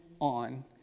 on